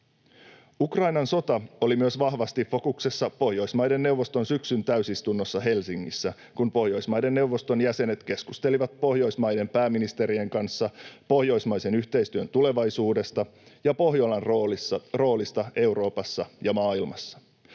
Ukrainan sota oli myös vahvasti fokuksessa Pohjoismaiden neuvoston syksyn täysistunnossa Helsingissä, kun Pohjoismaiden neuvoston jäsenet keskustelivat Pohjoismaiden pääministerien kanssa pohjoismaisen yhteistyön tulevaisuudesta ja Pohjolan roolista Euroopassa ja maailmassa.